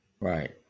Right